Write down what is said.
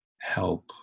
help